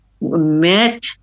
met